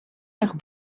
nach